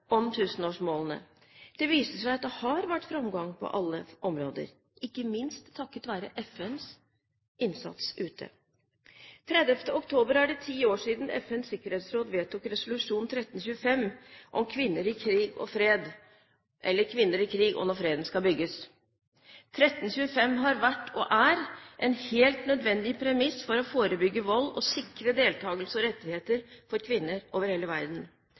om tusenårsmålene. Det viser seg at det har vært framgang på alle områder, ikke minst takket være FNs innsats ute. 31. oktober er det ti år siden FNs sikkerhetsråd vedtok resolusjon 1325 om kvinner i krig og fred – eller kvinner i krig og kvinner når freden skal bygges. 1325 har vært og er en helt nødvendig premiss for å forebygge vold og sikre deltakelse og rettigheter for kvinner over hele verden.